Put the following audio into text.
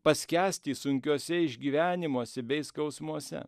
paskęsti sunkiuose išgyvenimuose bei skausmuose